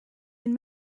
ihn